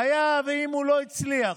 והיה ואם הוא לא הצליח